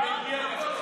יאללה תסגור כבר, תשחרר.